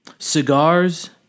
Cigars